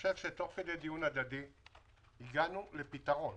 תוך כדי דיון הגענו לפתרון